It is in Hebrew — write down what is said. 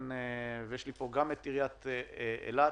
יש פה גם עיריית אילת